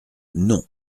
non